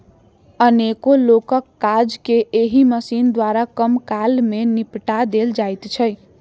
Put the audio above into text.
अनेको लोकक काज के एहि मशीन द्वारा कम काल मे निपटा देल जाइत छै